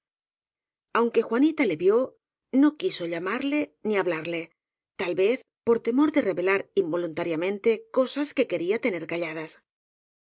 aunque juanita le vió no quiso llamarle ni ha blarle tal vez por tem or de revelar involuntaria mente cosas que quería tener calladas